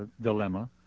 dilemma